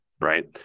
right